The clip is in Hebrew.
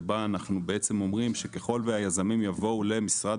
שבו אנחנו אומרים שככל והיזמים יבואו למשרד